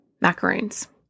macaroons